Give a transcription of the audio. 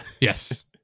Yes